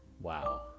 Wow